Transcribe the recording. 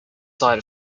side